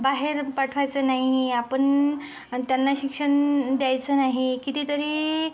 बाहेर पाठवायचं नाही आपण आणि त्यांना शिक्षण द्यायचं नाही कितीतरी